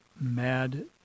mad